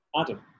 Adam